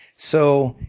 so